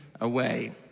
away